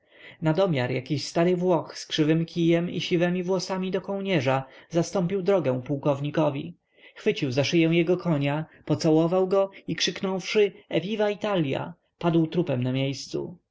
nadomiar jakiś stary włoch z krzywym kijem i siwemi włosami do kołnierza zastąpił drogę pułkownikowi schwycił za szyję jego konia pocałował go i krzyknąwszy eviva italia padł trupem na miejscu